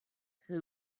who